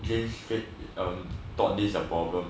james fate thought this a problem